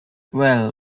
well